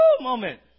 moment